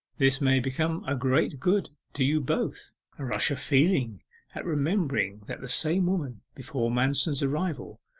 this may become a great good to you both a rush of feeling at remembering that the same woman, before manston's arrival,